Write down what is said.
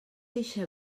eixa